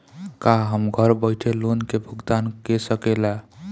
का हम घर बईठे लोन के भुगतान के शकेला?